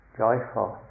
joyful